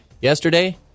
yesterday